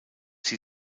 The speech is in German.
sie